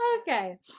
Okay